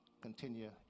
continue